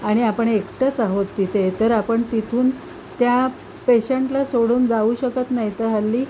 आणि आपण एकटंच आहोत तिथे तर आपण तिथून त्या पेशंटला सोडून जाऊ शकत नाही तर हल्ली